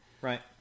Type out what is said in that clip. Right